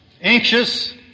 anxious